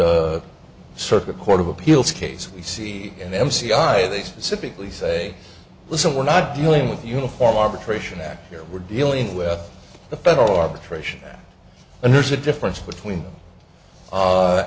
circuit court of appeals case we see in m c i they specifically say listen we're not dealing with uniform arbitration act here we're dealing with the federal arbitration and there's a difference between